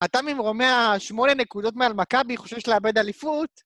אתה ממרומע שמונה נקודות מעל מכבי, חושש לאבד אליפות?